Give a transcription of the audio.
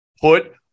put